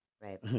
Right